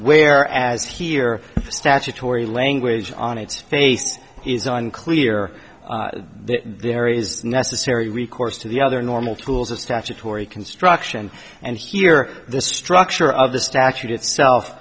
where as here the statutory language on its face is unclear there is necessary recourse to the other normal tools of statutory construction and here the structure of the statute itself